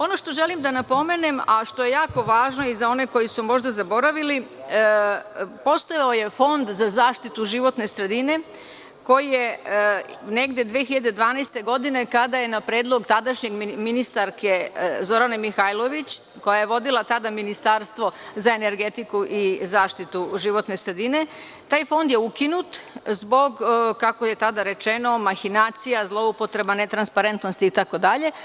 Ono što želim da napomenem, a što je jako važno i za one koji su možda zaboravili, postojao je Fond za zaštitu životne sredine koji je 2012. godine, kada je na predlog tadašnje ministarke Zorane Mihajlović, koja je vodila tada Ministarstvo za energetiku i zaštitu životne sredine, taj fond ukinut zbog, kako je tada rečeno, mahinacija, zloupotreba, netransparentnosti itd.